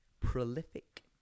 Prolific